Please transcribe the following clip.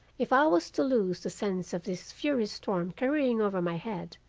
if i was to lose the sense of this furious storm careering over my head,